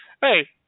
Hey